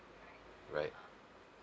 right